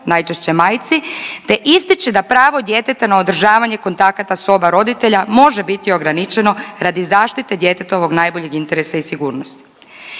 najčešće majci te ističe da pravo djeteta na održavanje kontakata s oba roditelja može biti ograničeno radi zaštite djetetovog najboljeg interesa i sigurnosti.